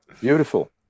beautiful